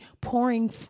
pouring